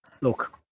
look